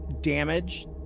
damage